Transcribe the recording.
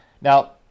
Now